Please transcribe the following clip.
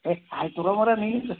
ಏ ಆಯ್ತು ತಗೋ ಮರೆ ನಿಂದು